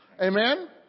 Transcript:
Amen